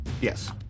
Yes